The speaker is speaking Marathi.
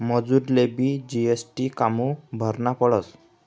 मजुरलेबी जी.एस.टी कामु भरना पडस?